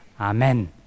Amen